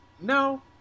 no